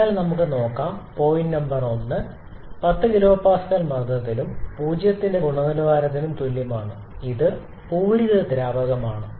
അതിനാൽ നമുക്ക് നോക്കാം പോയിന്റ് നമ്പർ 1 10 kPa മർദ്ദത്തിനും 0 ന്റെ ഗുണനിലവാരത്തിനും തുല്യമാണ് ഇത് പൂരിത ദ്രാവകമാണ്